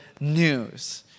news